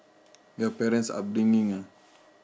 your parents upbringing ah